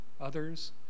Others